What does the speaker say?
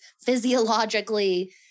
physiologically